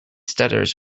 stutters